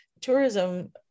tourism